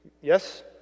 Yes